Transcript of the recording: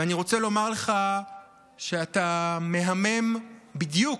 ואני רוצה לומר לך שאתה מהמם בדיוק,